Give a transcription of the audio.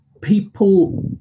people